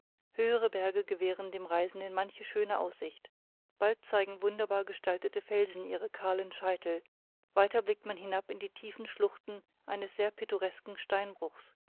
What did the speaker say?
höhere berge gewähren dem reisenden manche schöne aussicht bald zeigen wunderbar gestaltete felsen ihre kahlen scheitel weiter blick man hinab in die tiefen schluchten eines sehr pittoresken steinbruchs